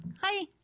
hi